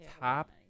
top